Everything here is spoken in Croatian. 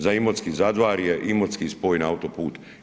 Za Imotski-Zadvarje, imotski spoj na autoput.